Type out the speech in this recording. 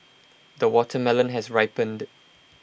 the watermelon has ripened